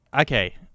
okay